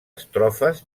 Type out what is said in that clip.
estrofes